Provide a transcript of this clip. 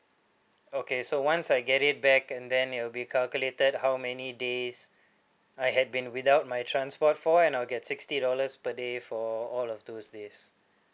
okay so once I get it back and then it will be calculated how many days I had been without my transport for and I will get sixty dollars per day for all of those days